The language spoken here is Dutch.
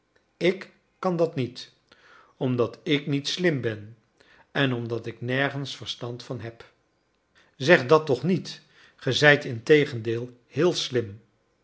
ik kan dat niet omdat ik niet slim ben en omdat ik nergens verstand van heb zeg dat toch niet ge zijt integendeel heel slim